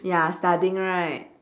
ya studying right